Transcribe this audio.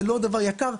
זה לא דבר יקר.